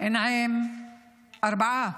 נעים -- ארבעה.